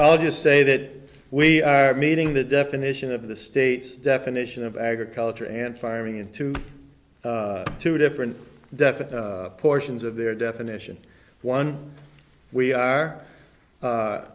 i'll just say that we are meeting the definition of the state's definition of agriculture and farming into two different definite portions of their definition one we are